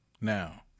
now